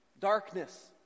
Darkness